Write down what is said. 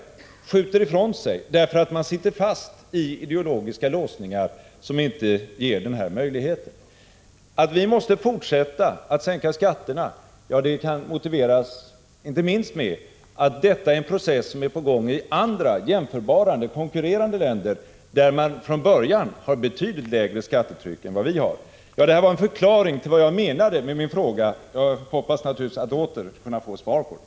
Man skjuter den ifrån sig därför att man sitter fast i ideologiska låsningar som inte medger denna möjlighet. Att vi måste fortsätta att sänka skatterna kan motiveras inte minst med att detta är en process som är på gång i andra jämförbara och med oss konkurrerande länder, där man från början har betydligt lägre skattetryck än vi har. Detta är en förklaring till vad jag menade med min fråga. Jag hoppas naturligtvis fortfarande att få svar på den.